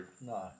No